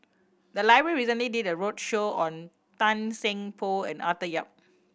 the library recently did a roadshow on Tan Seng Poh and Arthur Yap